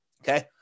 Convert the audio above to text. Okay